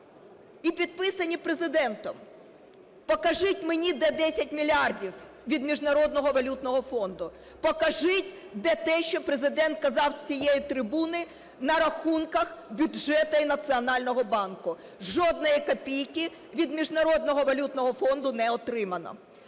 і підписані Президентом. Покажіть мені, де 10 мільярдів від Міжнародного валютного фонду. Покажіть, де те, що Президент казав з цієї трибуни, на рахунках бюджету і Національного банку. Жодної копійки від Міжнародного валютного фонду не отримано,